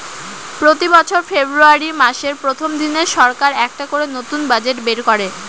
প্রতি বছর ফেব্রুয়ারী মাসের প্রথম দিনে সরকার একটা করে নতুন বাজেট বের করে